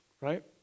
right